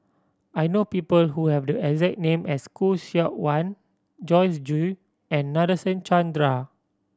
I know people who have the exact name as Khoo Seok Wan Joyce Jue and Nadasen Chandra